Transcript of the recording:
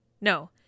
no